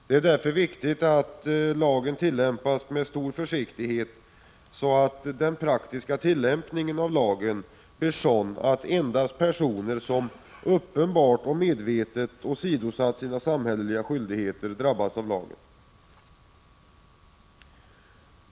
Det är därför viktigt att lagen tillämpas med stor försiktighet, så att den praktiska tillämpningen av lagen blir sådan att endast personer som uppenbart och medvetet åsidosatt sina samhälleliga skyldigheter drabbas av lagen.